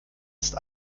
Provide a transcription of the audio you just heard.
ist